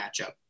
matchup